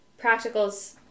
practicals